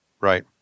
Right